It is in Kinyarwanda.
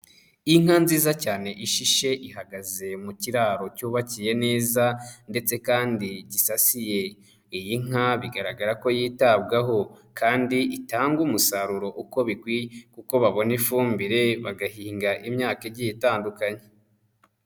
Inka nziza cyane ishishe ihagaze mu kiraro cyubakiye neza ndetse kandi gisasiye, iyi nka bigaragara ko yitabwaho kandi itangaga umusaruro uko bikwiye kuko babona ifumbire bagahinga imyaka igiye itandukanye.